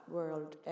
World